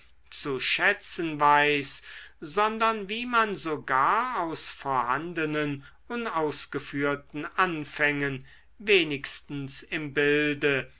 zu schätzen weiß sondern wie man sogar aus vorhandenen unausgeführten anfängen wenigstens im bilde